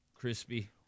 crispy